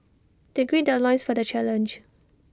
they gird their loins for the challenge